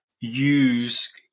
use